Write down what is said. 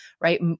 right